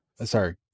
sorry